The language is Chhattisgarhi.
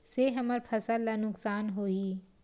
से हमर फसल ला नुकसान होही?